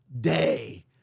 day